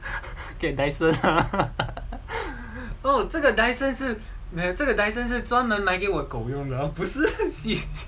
okay Dyson lah 没有这个 Dyson 是这个 Dyson 装的不是很